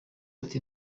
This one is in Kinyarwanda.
ati